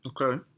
Okay